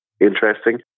interesting